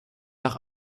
nach